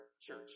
Church